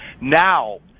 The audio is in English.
Now